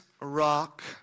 rock